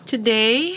Today